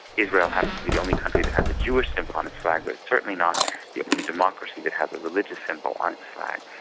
israel happens to be the only country that has a jewish symbol on its flag but it's certainly not the only democracy that has a religious symbol on its flag.